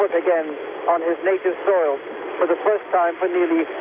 again on his native soil for the first time for nearly